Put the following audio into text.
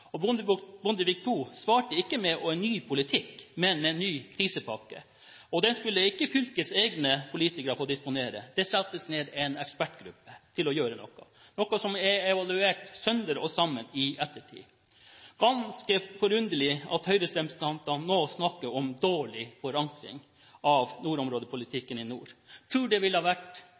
Bondevik II svarte ikke med en ny politikk, men med en ny krisepakke. Den skulle ikke fylkets egne politikere få disponere. Det skulle settes ned en egen ekspertgruppe til å gjøre noe, noe som er evaluert sønder og sammen i ettertid. Det er ganske forunderlig at Høyre-representantene nå snakker om dårlig forankring av nordområdepolitikken i nord. Jeg tror det ville ha vært